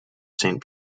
saint